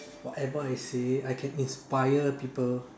whatever I say I can inspire people